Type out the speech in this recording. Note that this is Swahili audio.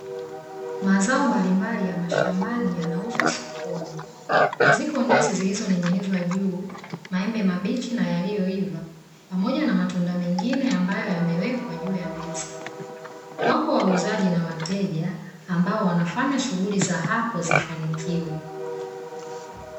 Mazao mbalimbali ya mashambani yanauzwa sokoni. Ziko ndizi zilizoning'inizwa juu, maembe mabichi na yaliyoiva, pamoja na matunda mengine ambayo yamewekwa juu ya meza. Wako wauzaji na wateja ambao wanafanya shughuli za hapo zifanikiwe.